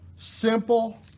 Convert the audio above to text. simple